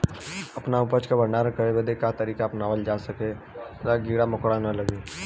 अपना उपज क भंडारन करे बदे का तरीका अपनावल जा जेसे कीड़ा मकोड़ा न लगें?